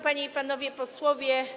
Panie i Panowie Posłowie!